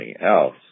else